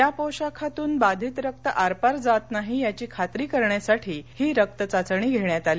या पोशाखातून बाधित रक्त आरपार जात नाही याची खात्री करण्यासाठी ही रक्तचाचणी घेण्यात आली